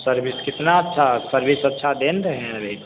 service कितनी अच्छी service अच्छी दे रहे हैं अभी